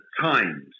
times